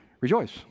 rejoice